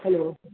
hello